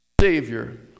Savior